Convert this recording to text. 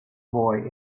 boy